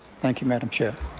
thank you, madam chair.